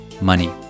money